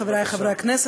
חברי חברי הכנסת,